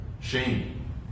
shame